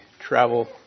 travel